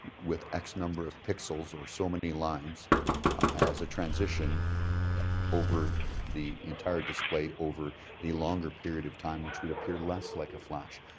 with x number of pixels or so many lines as a transition over the entire display over a longer period of time which would appear less like a flash.